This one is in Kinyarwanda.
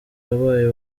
wabaye